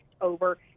over